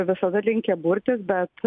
visada linkę burtis bet